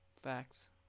Facts